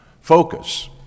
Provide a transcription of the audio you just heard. focus